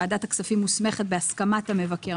ועדת הכספים מוסמכת בהסכמת המבקר,